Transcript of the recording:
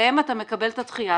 עליהן אתה מקבל את הדחייה.